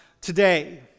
today